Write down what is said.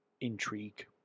intrigue